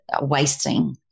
wasting